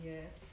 Yes